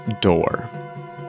door